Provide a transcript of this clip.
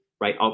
right